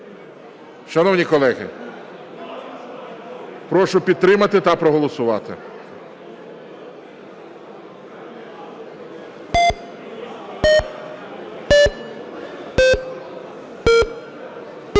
Шановні колеги! Прошу підтримати та проголосувати